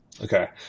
Okay